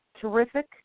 Terrific